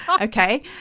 okay